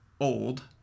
old